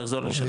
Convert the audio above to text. בדיוק.